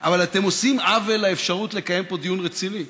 אבל אתם עושים עוול לאפשרות לקיים פה דיון רציני.